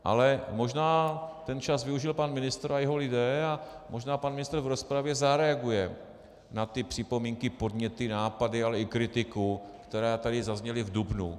Ale možná ten čas využil pan ministr a jeho lidé a možná pan ministr v rozpravě zareaguje na připomínky, podněty, nápady, ale i kritiku, které tady zazněly v dubnu.